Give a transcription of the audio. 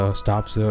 staffs